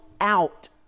out